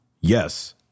yes